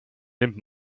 nimmt